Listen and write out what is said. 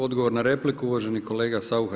Odgovor na repliku uvaženi kolega Saucha.